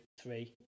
three